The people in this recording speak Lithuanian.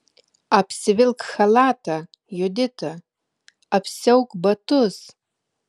apsivilk chalatą judita apsiauk batus